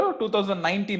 2019